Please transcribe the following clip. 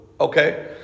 Okay